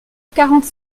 quarante